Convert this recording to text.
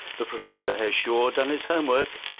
the professor has sure done his homework.